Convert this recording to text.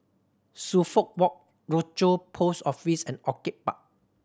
Suffolk Walk Rochor Post Office and Orchid Park